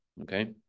Okay